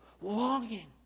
longing